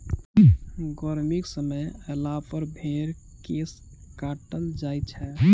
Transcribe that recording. गर्मीक समय अयलापर भेंड़क केश काटल जाइत छै